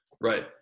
Right